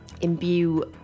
imbue